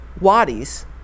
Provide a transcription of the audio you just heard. wadis